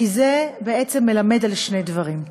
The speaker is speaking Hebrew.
כי זה מלמד על שני דברים: